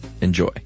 Enjoy